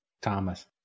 Thomas